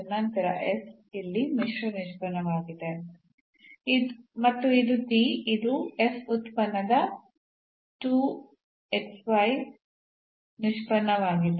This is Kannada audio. ಮತ್ತು ನಂತರ s ಇಲ್ಲಿ ಮಿಶ್ರ ನಿಷ್ಪನ್ನವಾಗಿದೆ ಮತ್ತು t ಇದು ಈ ಉತ್ಪನ್ನದ ನಿಷ್ಪನ್ನವಾಗಿದೆ